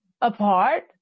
apart